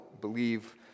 believe